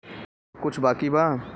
और कुछ बाकी बा?